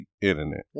internet